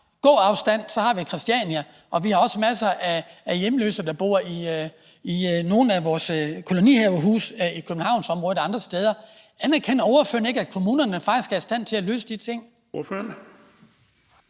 i gåafstand har vi Christiania, og vi har også masser af hjemløse, der bor i kolonihavehuse i Københavnsområdet og andre steder. Anerkender ordføreren ikke, at kommunerne faktisk er i stand til at løse de ting? Kl.